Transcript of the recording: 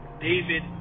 david